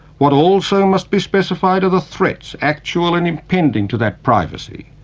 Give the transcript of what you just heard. what also must be specified are the threats, actual and impending, to that privacy,